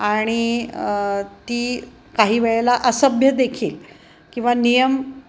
आणि ती काही वेळेला असभ्य देखील किंवा नियम